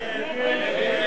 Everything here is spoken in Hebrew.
נגד?